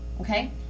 Okay